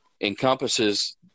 encompasses